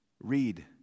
read